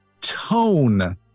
tone